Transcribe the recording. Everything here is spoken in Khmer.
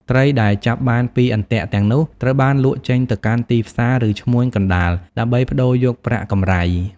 ត្រីដែលចាប់បានពីអន្ទាក់ទាំងនោះត្រូវបានលក់ចេញទៅកាន់ទីផ្សារ ឬឈ្មួញកណ្តាលដើម្បីប្តូរយកប្រាក់កម្រៃ។